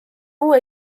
uue